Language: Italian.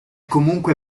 comunque